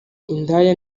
indaya